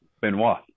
Benoit